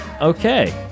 okay